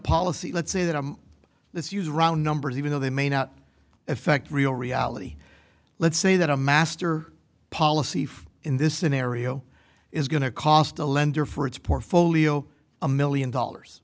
policy let's say that a let's use round numbers even though they may not affect real reality let's say that a master policy for in this scenario is going to cost a lender for its portfolio a million dollars